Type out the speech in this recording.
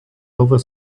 over